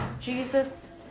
Jesus